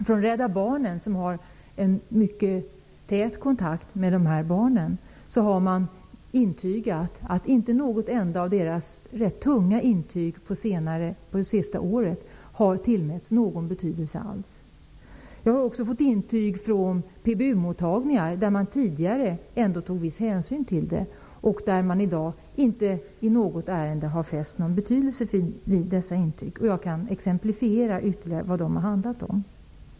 Från Rädda Barnen, som har en mycket tät kontakt med dessa barn, har man berättat att inte ett enda av de intyg man utfärdat under det senaste året har tillmätts någon som helst betydelse. Jag har också fått uppgifter från PBU mottagningar, där man tidigare ändå tog viss hänsyn, om att man i dag inte i något ärende fäster betydelse vid dessa intyg. Jag kan ge exempel på vad de har handlat om.